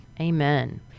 Amen